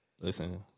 Listen